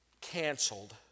canceled